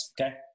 Okay